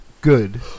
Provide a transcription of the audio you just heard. good